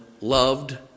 loved